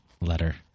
letter